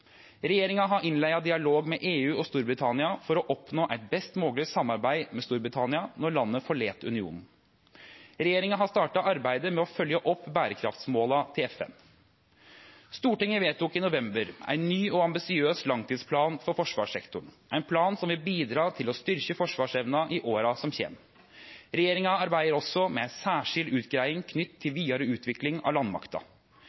Regjeringa har innleia dialog med EU og Storbritannia for å oppnå eit best mogleg samarbeid med Storbritannia når landet forlèt unionen. Regjeringa har starta arbeidet med å følgje opp berekraftmåla til FN. Stortinget vedtok i november ein ny og ambisiøs langtidsplan for forsvarssektoren, ein plan som vil bidra til å styrkje forsvarsevna i åra som kjem. Regjeringa arbeider også med ei særskild utgreiing knytt til